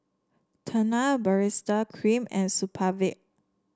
Tena Baritex Cream and Supravit